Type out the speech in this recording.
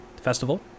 festival